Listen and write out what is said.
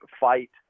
fight